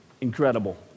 Incredible